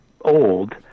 old